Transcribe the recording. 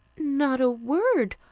not a word.